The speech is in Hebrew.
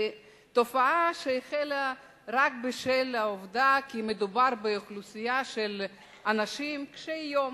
תופעה שהחלה רק בשל העובדה שמדובר באוכלוסייה של אנשים קשי יום,